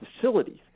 facilities